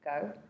go